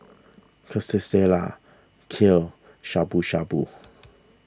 Quesadillas Kheer Shabu Shabu